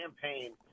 campaign